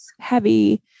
heavy